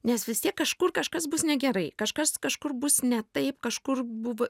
nes vis tiek kažkur kažkas bus negerai kažkas kažkur bus ne taip kažkur buvo